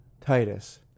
Titus